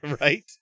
Right